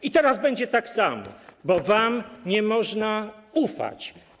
I teraz będzie tak samo, bo wam nie można ufać.